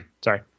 Sorry